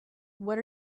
what